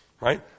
right